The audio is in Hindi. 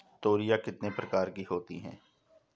तोरियां कितने प्रकार की होती हैं?